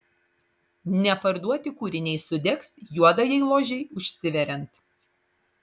neparduoti kūriniai sudegs juodajai ložei užsiveriant